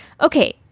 Okay